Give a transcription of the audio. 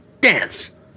Dance